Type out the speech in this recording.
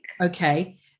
Okay